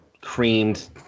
creamed